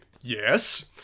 Yes